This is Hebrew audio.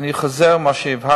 אני חוזר על מה שהבהרתי